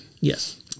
Yes